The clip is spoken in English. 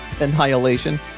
annihilation